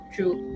True